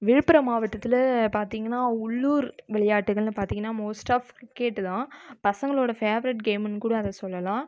விழுப்புரம் மாவட்டத்தில் பார்த்தீங்கன்னா உள்ளூர் விளையாட்டுகள்னு பார்த்தீங்கனா மோஸ்ட் ஆஃப் கிரிக்கெட் தான் பசங்களோடய ஃபேவரட் கேம்னு கூட அதை சொல்லலாம்